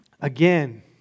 Again